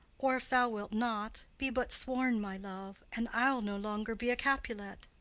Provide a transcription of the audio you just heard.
or, if thou wilt not, be but sworn my love, and i'll no longer be a capulet.